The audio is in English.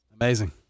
Amazing